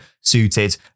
suited